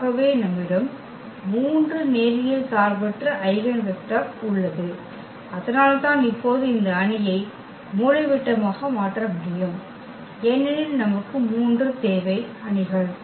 ஆகவே நம்மிடம் 3 நேரியல் சார்பற்ற ஐகென் வெக்டர் உள்ளது அதனால்தான் இப்போது இந்த அணியை மூலைவிட்டமாக மாற்ற முடியும் ஏனெனில் நமக்கு 3 தேவை அணிகள்